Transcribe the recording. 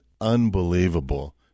unbelievable